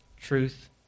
Truth